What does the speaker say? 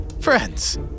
friends